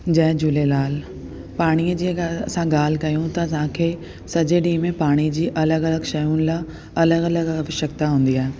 जय झूलेलाल पाणीअ जी अगरि असां ॻाल्हि कयूं त असांखे सॼे ॾींहं में पाणी जी अलॻि अलॻि शयुनि लाइ अलॻि अलॻि अवश्यक्ता हूंदी आहे